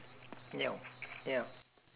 ya ya